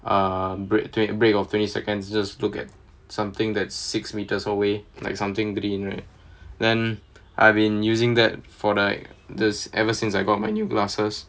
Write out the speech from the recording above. a break break of twenty seconds just to look at something that's six metres away like something green right then I've been using that for like this ever since I got my new glasses